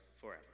forever